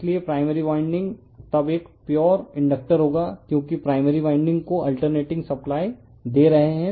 इसलिए primary winding तब एक प्योर इंडकटर होगा क्योंकि प्राइमरी वाइंडिंग को अल्तेर्नेटिंग सप्लाई दे रहे है